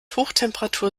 hochtemperatur